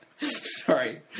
Sorry